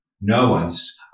No-one's